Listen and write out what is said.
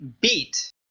beat